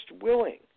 willing